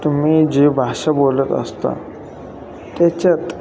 तुम्ही जे भाषा बोलत असता त्याच्यात